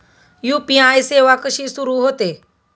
UPI सेवा कशी सुरू होते?